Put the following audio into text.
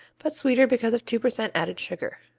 but sweeter because of two percent added sugar.